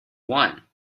one